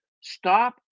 Stop